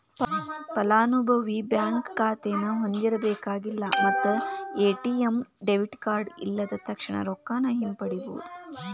ಫಲಾನುಭವಿ ಬ್ಯಾಂಕ್ ಖಾತೆನ ಹೊಂದಿರಬೇಕಾಗಿಲ್ಲ ಮತ್ತ ಎ.ಟಿ.ಎಂ ಡೆಬಿಟ್ ಕಾರ್ಡ್ ಇಲ್ಲದ ತಕ್ಷಣಾ ರೊಕ್ಕಾನ ಹಿಂಪಡಿಬೋದ್